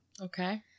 okay